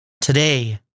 Today